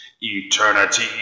Eternity